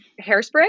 hairspray